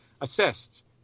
Assists